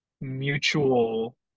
mutual